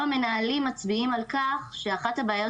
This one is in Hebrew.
גם המנהלים מצביעים על כך שאחת הבעיות